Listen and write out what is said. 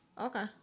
Okay